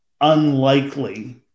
unlikely